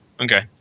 Okay